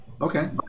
Okay